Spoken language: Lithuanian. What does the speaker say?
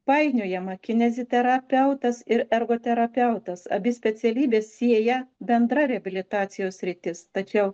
painiojama kineziterapeutas ir ergoterapeutas abi specialybes sieja bendra reabilitacijos sritis tačiau